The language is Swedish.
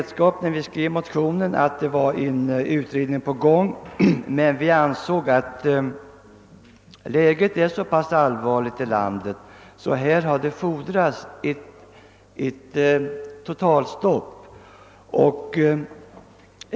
När vi skrev motionen hade vi vetskap om att en utredning var på gång, men vi ansåg att läget i landet är så allvarligt, att det fordras ett totalstopp.